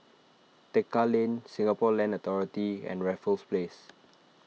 Tekka Lane Singapore Land Authority and Raffles Place